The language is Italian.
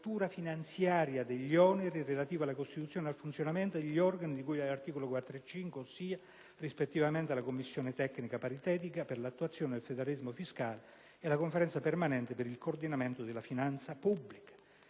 di copertura finanziaria degli oneri relativi alla costituzione e al funzionamento degli organi di cui agli articoli 4 o 5, ossia rispettivamente la Commissione tecnica paritetica per l'attuazione del federalismo fiscale e la Conferenza permanente per il coordinamento della finanza pubblica.